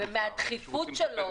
ומהדחיפות שלו,